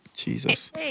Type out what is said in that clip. Jesus